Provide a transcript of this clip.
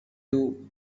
too